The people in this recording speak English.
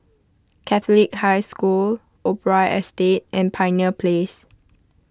Catholic High School Opera Estate and Pioneer Place